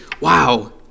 Wow